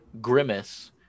Grimace